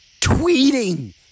tweeting